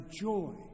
joy